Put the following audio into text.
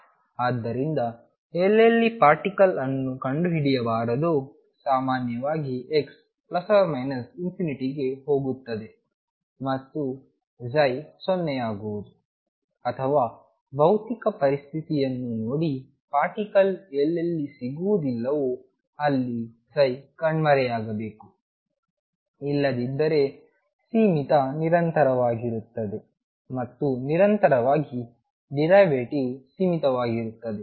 ಆದ್ದರಿಂದ ಎಲ್ಲೆಲ್ಲಿ ಪಾರ್ಟಿಕಲ್ ಅನ್ನು ಕಂಡುಹಿಡಿಯಬಾರದೋ ಸಾಮಾನ್ಯವಾಗಿ x ±∞ ಗೆ ಹೋಗುತ್ತದೆ ಮತ್ತು 0 ಆಗುವುದು ಅಥವಾ ಭೌತಿಕ ಪರಿಸ್ಥಿತಿಯನ್ನು ನೋಡಿ ಪಾರ್ಟಿಕಲ್ ಎಲ್ಲೆಲ್ಲಿ ಸಿಗುವುದಿಲ್ಲವೋ ಅಲ್ಲಿ ಕಣ್ಮರೆಯಾಗಬೇಕು ಇಲ್ಲದಿದ್ದರೆ ಸೀಮಿತ ನಿರಂತರವಾಗಿರುತ್ತದೆ ಮತ್ತು ನಿರಂತರವಾಗಿ ಡಿರೈವೆಟಿವ್ ಸೀಮಿತವಾಗಿರುತ್ತದೆ